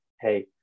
hey